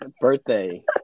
birthday